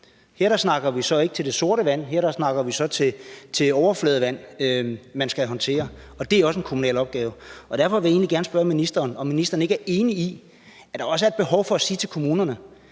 her taler vi så ikke om det sorte vand, men om overfladevand, som skal håndteres, og det er også en kommunal opgave. Derfor vil jeg egentlig gerne spørge ministeren, om ministeren ikke er enig i, at der også er et behov for at sige til kommunerne,